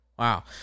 Wow